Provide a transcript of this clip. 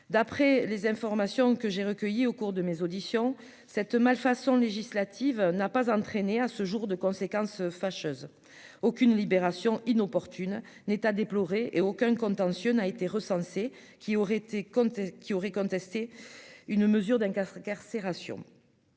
d'après les informations que j'ai recueillis au cours de mes auditions cette malfaçon législative n'a pas entraîné à ce jour de conséquences fâcheuses aucune libération inopportune n'est à déplorer et aucun contentieux n'a été recensé, qui aurait été comme qui aurait